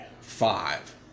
five